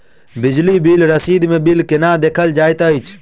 बिजली बिल रसीद मे बिल केना देखल जाइत अछि?